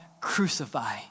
crucify